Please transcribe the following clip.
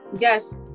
yes